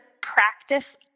practice